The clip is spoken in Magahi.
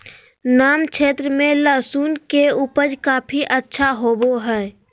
नम क्षेत्र में लहसुन के उपज काफी अच्छा होबो हइ